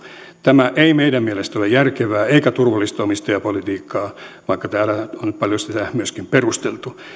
tämä ei meidän mielestämme ole järkevää eikä turvallista omistajapolitiikkaa vaikka täällä on paljon sitä myöskin perusteltu